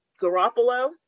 Garoppolo